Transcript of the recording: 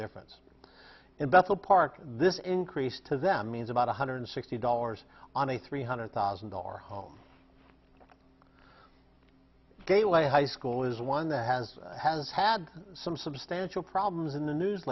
difference in bethel park this increase to them means about one hundred sixty dollars on a three hundred thousand dollar home gateway high school is one that has has had some substantial problems in the news